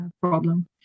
problem